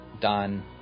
done